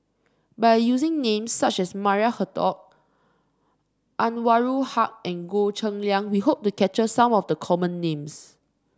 by using names such as Maria Hertogh Anwarul Haque and Goh Cheng Liang we hope to capture some of the common names